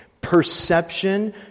Perception